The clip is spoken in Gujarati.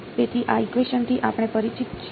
તેથી આ ઇકવેશન થી આપણે પરિચિત છીએ